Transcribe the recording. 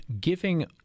giving